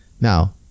Now